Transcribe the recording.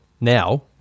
now